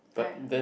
I